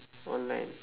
online